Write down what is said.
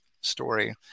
story